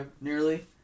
nearly